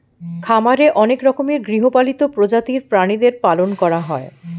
খামারে অনেক রকমের গৃহপালিত প্রজাতির প্রাণীদের পালন করা হয়